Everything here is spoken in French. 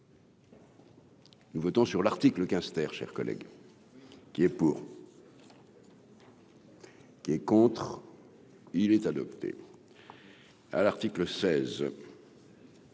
Nous votons sur l'article 15 ter cher collègue qui est pour. Qui est contre. Il est adopté